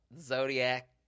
zodiac